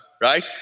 Right